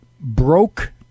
broke